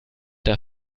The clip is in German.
der